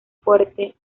fuerte